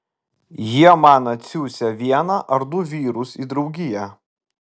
jie man atsiųsią vieną ar du vyrus į draugiją